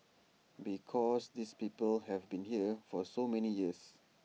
because these people have been here for so many years